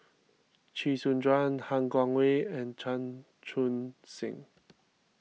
Chee Soon Juan Han Guangwei and Chan Chun Sing